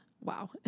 Wow